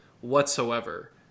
whatsoever